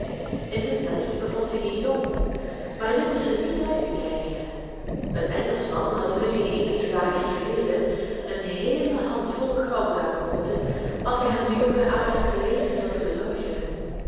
in dit nest bevond zich een jong maar dit was er niet uit te krijgen een engelschman had rudy eenige dagen geleden een heele hand vol goud aangeboden als hij hem den jongen arend levend wilde bezorgen